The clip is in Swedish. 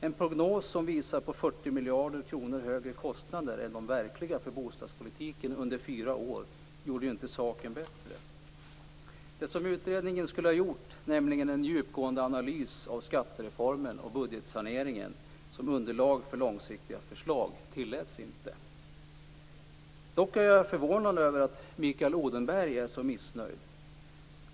En prognos som visar på 40 miljarder kronor högre kostnader än de verkliga för bostadspolitiken under fyra år gjorde inte saken bättre. Det som utredningen skulle ha gjort, nämligen en djupgående analys av skattereformen och budgetsaneringen som underlag för långsiktiga förslag, tilläts inte. Dock är jag förvånad över att Mikael Odenberg är så missnöjd.